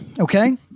Okay